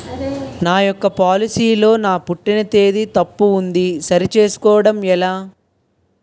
నా యెక్క పోలసీ లో నా పుట్టిన తేదీ తప్పు ఉంది సరి చేసుకోవడం ఎలా?